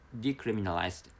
decriminalized